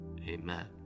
amen